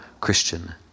Christian